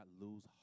lose